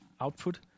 output